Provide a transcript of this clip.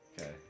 Okay